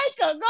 Go